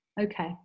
okay